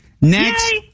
Next